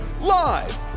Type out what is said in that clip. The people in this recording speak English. live